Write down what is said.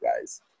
guys